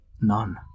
None